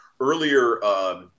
earlier